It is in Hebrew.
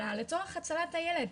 אלא לצורך הצלת הילד,